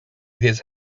his